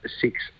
six